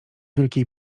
wielkiej